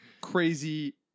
crazy